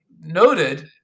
noted